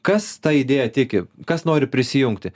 kas ta idėja tiki kas nori prisijungti